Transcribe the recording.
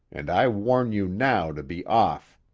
and i warn you now to be off.